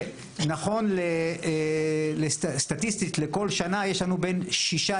נכון סטטיסטית לכל שנה יש לנו בין שישה